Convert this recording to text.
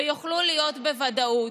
ויוכלו להיות בוודאות.